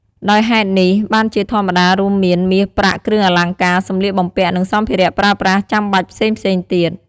ដោយហេតុនេះ បានជាធម្មតារួមមាន មាស ប្រាក់ គ្រឿងអលង្ការ សម្លៀកបំពាក់ និងសម្ភារៈប្រើប្រាស់ចាំបាច់ផ្សេងៗទៀត។